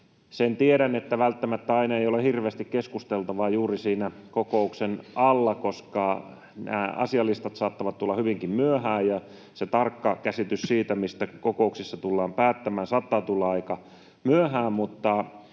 Sen tiedän, että välttämättä aina ei ole hirveästi keskusteltavaa juuri siinä kokouksen alla, koska nämä asialistat saattavat tulla hyvinkin myöhään ja se tarkka käsitys siitä, mistä kokouksissa tullaan päättämään, saattaa tulla aika myöhään.